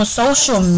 social